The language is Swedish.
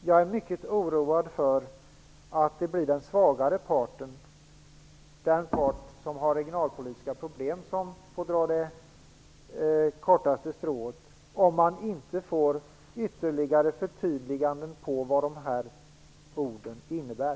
Jag är mycket oroad för att det blir den svagare parten, den part som har regionalpolitiska problem, som drar det kortaste strået, om man inte får ytterligare förtydliganden till vad dessa ord innebär.